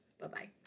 Bye-bye